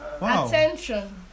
attention